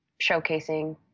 showcasing